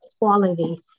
quality